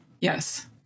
yes